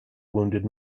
wounded